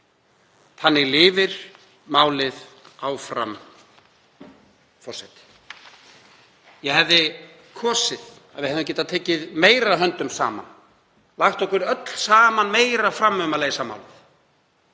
Þannig lifir málið áfram, forseti. Ég hefði kosið að við hefðum getað tekið meira höndum saman, lagt okkur öll saman meira fram um að leysa málið,